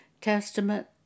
Testament